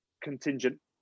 contingent